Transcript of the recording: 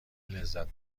لذت